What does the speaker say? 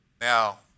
Now